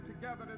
together